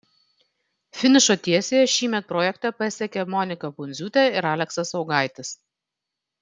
finišo tiesiąją šįmet projekte pasiekė monika pundziūtė ir aleksas augaitis